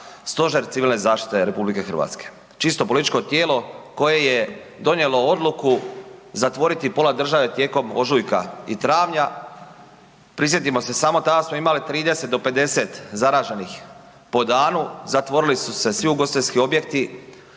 Stožer civilne zaštite RH. Čisto političko tijelo koje je donijelo odluku zatvoriti pola države tijekom ožujka i travnja, prisjetimo se samo, danas smo imali 30 do 50 zaraženih po danu, zatvorili su se svi ugostiteljski objekti,